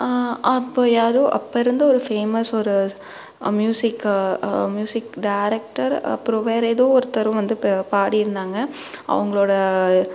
அப்போ யாரோ அப்போ இருந்து ஒரு ஃபேமஸ் ஒரு ஸ் மியூசிக் மியூசிக் டேரெக்டர் அப்புறம் வேறே எதோ ஒருத்தர் வந்து பே பாடினாங்க அவங்களோட